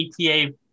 ETA